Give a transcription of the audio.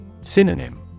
Synonym